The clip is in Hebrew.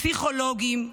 פסיכולוגים,